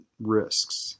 risks